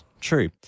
true